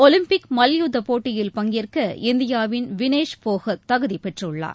Olympic மல்யுத்த போட்டியில் பங்கேற்க இந்தியாவின் வினேஷ் போகத் தகுதிப் பெற்றுள்ளார்